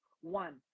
one